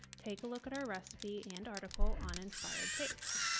take a look at our recipe and article on inspired taste.